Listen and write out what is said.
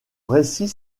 récit